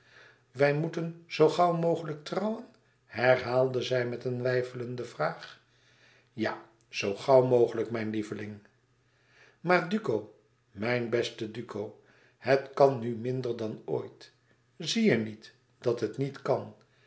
wij moeten zoo gauw mogelijk trouwen herhaalde zij met een weifelende vraag ja zoo gauw mogelijk mijn lieveling maar duco mijn beste duco het kan nu minder dan ooit zie je niet dat het niet kan